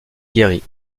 guérit